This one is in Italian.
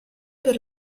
per